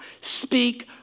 Speak